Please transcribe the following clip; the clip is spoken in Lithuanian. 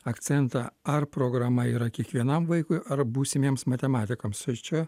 akcentą ar programa yra kiekvienam vaikui ar būsimiems matematikams ir čia